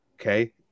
Okay